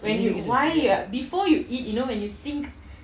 because it is very good